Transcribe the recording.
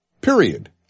period